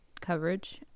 coverage